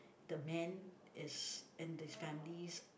the man is in this family's